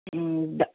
হুম